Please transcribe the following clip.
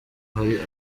hari